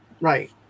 Right